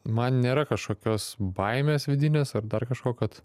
man nėra kažkokios baimės vidinės ar dar kažko kad